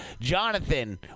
Jonathan